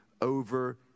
over